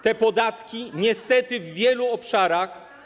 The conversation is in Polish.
Te podatki niestety w wielu obszarach.